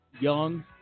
young